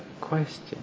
question